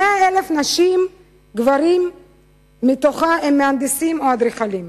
100,000 נשים וגברים מתוכה הם מהנדסים או אדריכלים,